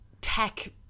tech